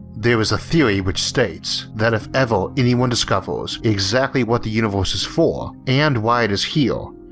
there is a theory which states that if ever anyone discovers exactly what the universe is for and why it is here,